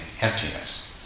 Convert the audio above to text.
emptiness